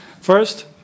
First